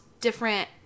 different